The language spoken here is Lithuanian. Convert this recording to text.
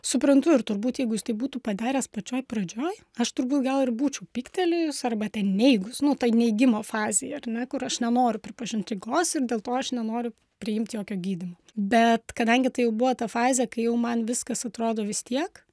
suprantu ir turbūt jeigu jis tai būtų padaręs pačioj pradžioj aš turbūt gal ir būčiau pyktelėjusi arba ten neigus nu tai neigimo fazėje ar ne kur aš nenoriu pripažint ligos ir dėl to aš nenoriu priimt jokio gydymo bet kadangi tai jau buvo ta fazė kai jau man viskas atrodo vis tiek